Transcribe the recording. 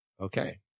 Okay